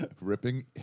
ripping